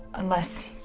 unless.